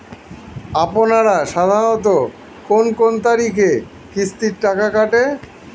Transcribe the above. আপনারা সাধারণত কোন কোন তারিখে কিস্তির টাকা কাটে?